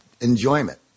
enjoyment